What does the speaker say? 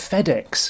FedEx